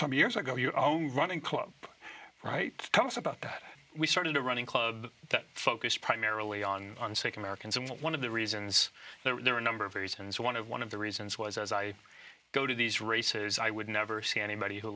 some years ago your own running club right tell us about that we started a running club that focused primarily on unsafe americans and one of the reasons there were a number of reasons one of one of the reasons was as i go to these races i would never see anybody who